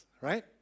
right